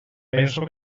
penso